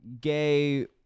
gay